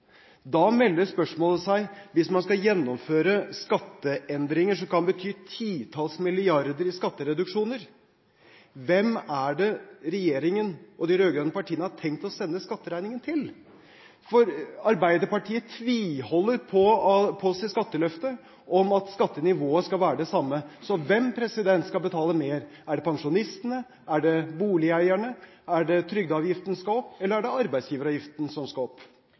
Da melder spørsmålet seg: Hvis man skal gjennomføre skatteendringer som kan bety titalls milliarder kroner i skattereduksjoner, hvem har regjeringen og de rød-grønne partiene tenkt å sende skatteregningen til? For Arbeiderpartiet tviholder på sitt skatteløfte om at skattenivået skal være det samme. Så hvem skal betale mer? Er det pensjonistene? Er det boligeierne? Er det trygdeavgiften som skal opp, eller er det arbeidsgiveravgiften som skal opp?